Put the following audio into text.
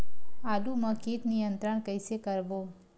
आलू मा कीट नियंत्रण कइसे करबो?